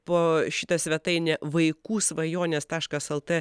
po šitą svetainę vaikų svajonės taškas el t